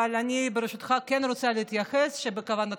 אבל ברשותך אני כן רוצה להתייחס לכך